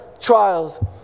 trials